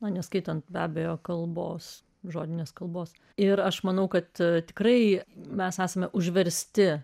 o neskaitant be abejo kalbos žodinės kalbos ir aš manau kad tikrai mes esame užversti